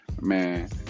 man